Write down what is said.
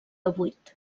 vuit